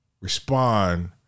respond